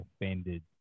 offended